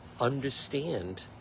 understand